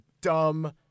Dumb